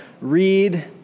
read